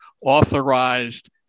authorized